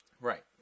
Right